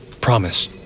Promise